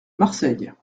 marseille